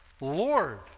Lord